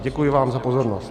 Děkuji vám za pozornost.